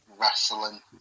wrestling